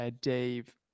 Dave